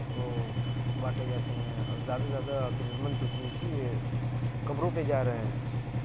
وہ بانٹے جاتے ہیں اور زیادہ سے زیادہ عقیدت مند تو اسی قبروں پہ جا رہے ہیں